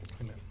Amen